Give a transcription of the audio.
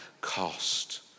Cost